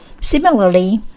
Similarly